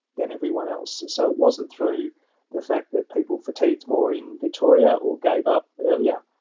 than everyone else, so it wasn't through the fact that people fatigued more in victoria or gave up earlier,